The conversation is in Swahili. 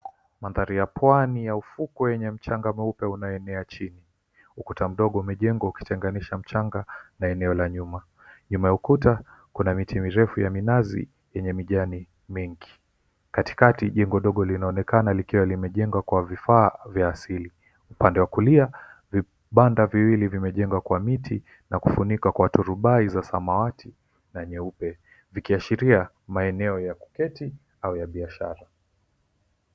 Mandhari ya pwani ya ufukwe yenye mchanga mweupe unayoenea chini. Ukuta mdogo umejengwa ukitenganisha mchanga na eneo la nyuma. Nyuma ya ukuta kuna miti mirefu ya minazi yenye mijani mingi. Katikati, jengo dogo linaonekana likiwa limejengwa kwa vifaa vya asili. Upande wa kulia vibanda viwili vimejengwa kwa miti na kufunikwa kwa turubai za samawati na nyeupe, vikiashiria maeneo ya kuketi au ya biashara.